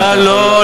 מה לו,